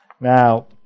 now